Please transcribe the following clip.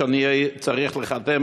אני צריך לחתן,